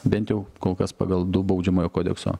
bent jau kol kas pagal du baudžiamojo kodekso